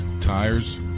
tires